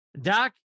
Doc